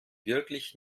wirklich